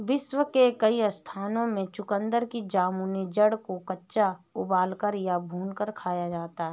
विश्व के कई स्थानों में चुकंदर की जामुनी जड़ को कच्चा उबालकर या भूनकर खाया जाता है